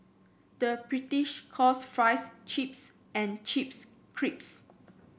the British calls fries chips and chips crisps